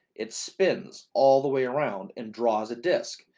it spins all the way around and draws a disc.